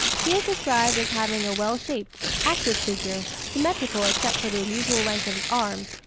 he is described as having a well-shaped, active figure, symmetrical except for the unusual length of his arms,